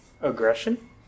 aggression